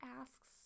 asks